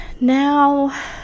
now